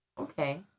okay